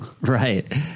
right